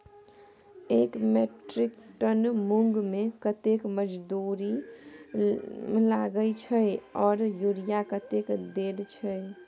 एक metric ton मूंग में कतेक मजदूरी लागे छै आर यूरिया कतेक देर छै?